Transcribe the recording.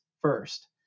first